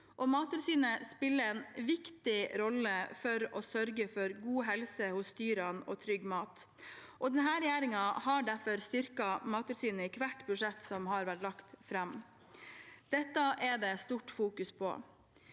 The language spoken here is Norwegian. Mattilsynet spiller en viktig rolle for å sørge for god helse hos dyrene, og trygg mat. Denne regjeringen har derfor styrket Mattilsynet i hvert budsjett som har vært lagt fram. Dette fokuseres